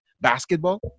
basketball